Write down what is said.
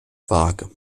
waage